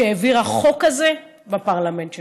שהעבירה חוק כזה בפרלמנט שלה.